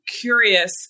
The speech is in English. curious